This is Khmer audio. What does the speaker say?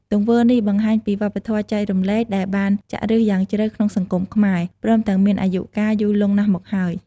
ទង្វើនេះបង្ហាញពីវប្បធម៌ចែករំលែកដែលបានចាក់ឬសយ៉ាងជ្រៅក្នុងសង្គមខ្មែរ ព្រមទាំងមានអាយុកាលយូរលង់ណាស់មកហើយ។